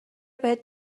بهت